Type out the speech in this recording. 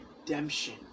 redemption